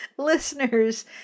Listeners